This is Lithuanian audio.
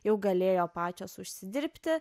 jau galėjo pačios užsidirbti